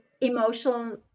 emotional